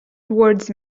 towards